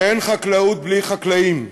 ואין חקלאות בלי חקלאים.